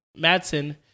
Madsen